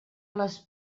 les